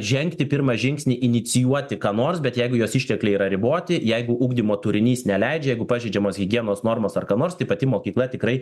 žengti pirmą žingsnį inicijuoti ką nors bet jeigu jos ištekliai yra riboti jeigu ugdymo turinys neleidžia jeigu pažeidžiamos higienos normos ar ką nors tai pati mokykla tikrai